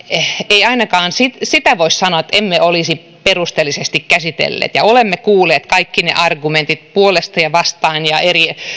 ei ainakaan sitä sitä voi sanoa että emme olisi perusteellisesti käsitelleet sitä olemme kuulleet kaikki ne argumentit puolesta ja vastaan ja